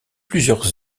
plusieurs